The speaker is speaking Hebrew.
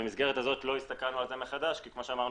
במסגרת הזאת לא הסתכלנו על זה מחדש כי כמו שאמרנו,